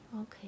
Okay